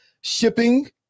Shipping